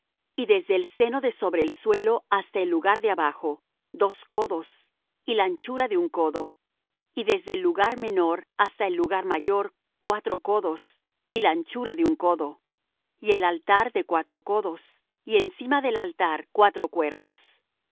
y desde el seno de sobre el suelo hasta el lugar de abajo dos codos y la anchura de un codo y desde el lugar menor hasta el lugar mayor cuatro codos y la anchura de un codo y el altar de cuatro codos y encima del altar cuatro cuernos